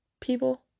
people